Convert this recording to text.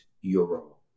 euro